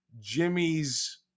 Jimmy's